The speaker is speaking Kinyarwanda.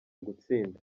gutsinda